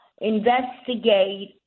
investigate